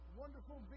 wonderful